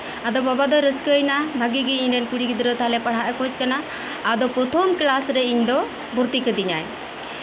ᱟᱫᱚ ᱵᱟᱵᱟ ᱫᱚᱭ ᱨᱟᱹᱥᱠᱟᱹᱭᱮᱱᱟ ᱵᱷᱟᱹᱜᱤ ᱜᱮ ᱤᱧ ᱨᱮᱱ ᱠᱩᱲᱤ ᱜᱤᱫᱽᱨᱟᱹ ᱛᱟᱞᱦᱮ ᱯᱟᱲᱦᱟᱜ ᱮᱭ ᱠᱷᱚᱡ ᱠᱟᱱᱟ ᱟᱫᱚ ᱯᱨᱚᱛᱷᱚᱢ ᱠᱞᱟᱥ ᱨᱮ ᱤᱧ ᱫᱚᱭ ᱵᱷᱩᱨᱛᱤ ᱠᱟᱹᱫᱤᱧᱟ